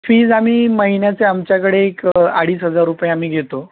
fees आम्ही महिन्याचे आमच्याकडे एक अडीच हजार रुपये आम्ही घेतो